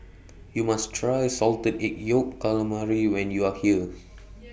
YOU must Try Salted Egg Yolk Calamari when YOU Are here